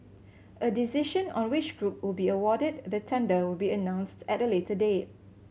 a decision on which group will be awarded the tender will be announced at a later date